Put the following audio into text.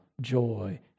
joy